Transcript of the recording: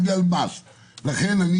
כאן דיוני משנה.